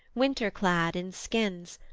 winter-clad in skins,